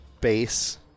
base